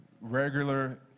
regular